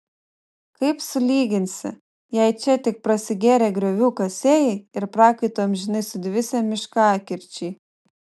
kaip sulyginsi jei čia tik prasigėrę griovių kasėjai ir prakaitu amžinai sudvisę miškakirčiai